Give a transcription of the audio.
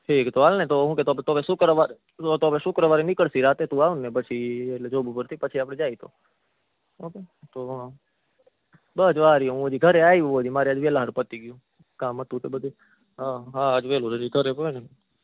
ઠીક તો ચાલને તો હું કે તો શુક્રવારે તો તો આપણે શુક્રવારે નિકળીશું રાત્રે તું આવને પછી એટલે જોબ ઉપરથી પછી આપણે જઈએ તો ઓકે તો બસ જો આ રહ્યો હું હજી ઘરે આવ્યો મારે આજે વહેલાસર પતી ગયું કામ હતું તે બધું હ હા આજે વહેલું છે ઘરે કોઈ નથી